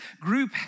group